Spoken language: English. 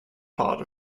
part